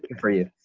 and for you,